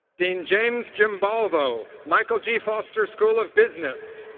dean james jiambalvo, michael g. foster school of business.